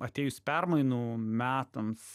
atėjus permainų metams